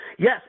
Yes